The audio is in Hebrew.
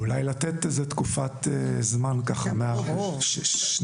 אולי כדאי לתת תקופת זמן של שנתיים-שלוש.